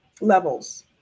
levels